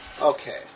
Okay